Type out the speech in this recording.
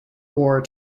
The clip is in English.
war